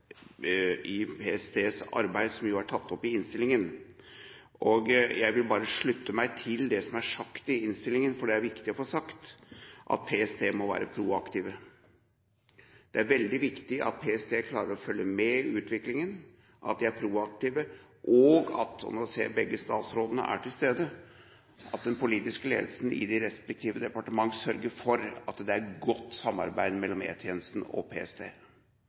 i PSTs arbeid som jo er tatt opp i innstillingen. Jeg vil bare slutte meg til det som er sagt i innstillingen, for det er viktig å få sagt at PST må være proaktive. Det er veldig viktig at PST klarer å følge med i utviklingen, at de er proaktive, og at den politiske ledelsen i de respektive departementer sørger for – og nå ser jeg at begge statsrådene er til stede – at det er godt samarbeid mellom E-tjenesten og PST.